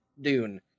Dune